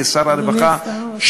כשר הרווחה,